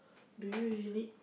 do you usually